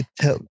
tell